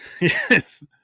Yes